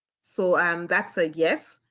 so and that's a yes.